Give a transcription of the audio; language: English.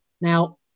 Now